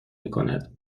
میکند